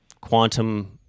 Quantum